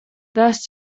das